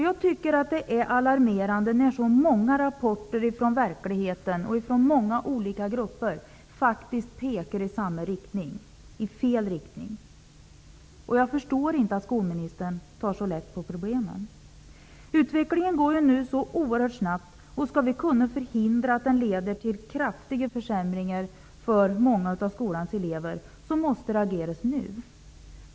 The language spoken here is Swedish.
Jag tycker att det är alarmerande när så många rapporter från verkligheten och från så många olika grupper faktiskt pekar i samma riktning -- i fel riktning. Jag förstår inte att skolministern tar så lätt på problemen. Utvecklingen går nu så oerhört snabbt. Om vi skall kunna förhindra att den leder till kraftiga försämringar för många av skolans elever, måste det ageras nu.